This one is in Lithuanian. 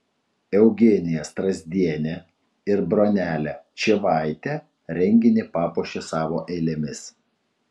eugenija strazdienė ir bronelė čyvaitė renginį papuošė savo eilėmis